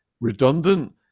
redundant